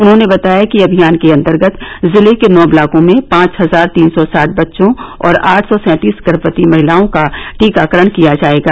उन्होंने बताया कि अभियान के अंतर्गत जिले के नौ ब्लॉकों में पांच हजार तीन सौ साठ बच्चों और आठ सौ सैंतीस गर्मवती महिलाओं का टीकाकरण किया जाएगा